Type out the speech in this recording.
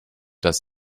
das